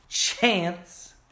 chance